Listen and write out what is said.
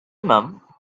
mom